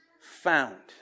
found